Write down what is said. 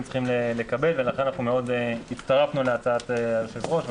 צריכים לקבל ולכן אנחנו הצטרפנו להצעת היושב-ראש.